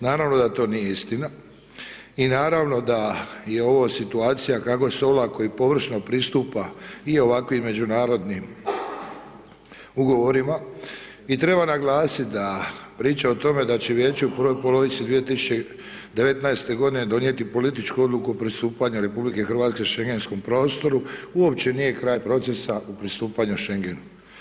Naravno da to nije istina i naravno da je ovo situacija kako se olako i površno pristupa i ovakvim međunarodnim ugovorima i treba naglasiti da priča o tome da će Vijeće u prvoj polovici 2019.-te godine donijeti političku odluku o pristupanju RH Šengenskom prostoru, uopće nije kraj procesa u pristupanju Šengenu.